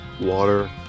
water